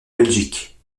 belgique